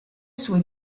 sue